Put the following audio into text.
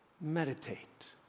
Meditate